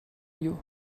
you